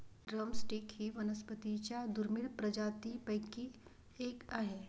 drum stick ही वनस्पतीं च्या दुर्मिळ प्रजातींपैकी एक आहे